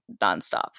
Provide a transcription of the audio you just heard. nonstop